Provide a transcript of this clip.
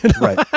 Right